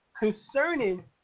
Concerning